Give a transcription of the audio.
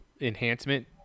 enhancement